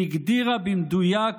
היא הגדירה במדויק